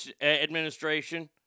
Administration